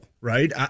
right